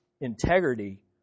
integrity